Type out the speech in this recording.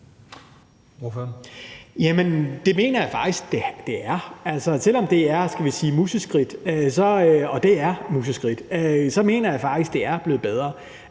det mener jeg faktisk at det er. Selv om det er, hvad skal vi sige, museskridt – og det er museskridt – så mener jeg faktisk, at det er blevet bedre.